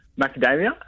Macadamia